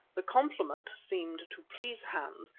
the compliment seemed to please hans,